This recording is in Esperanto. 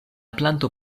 planto